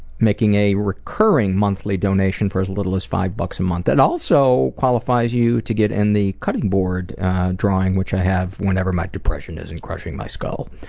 making a recurring monthly donation for as little as five dollars a month. that also qualifies you to get in the cutting board drawing which i have whenever my depression isn't crushing my skull.